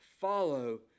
Follow